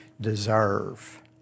deserve